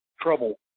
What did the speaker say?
trouble